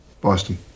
Boston